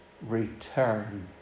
Return